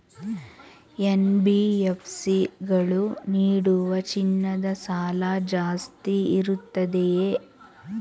NBFC ಗಳು ನೀಡುವ ಚಿನ್ನದ ಸಾಲ ಜಾಸ್ತಿ ಇರುತ್ತದೆಯೇ?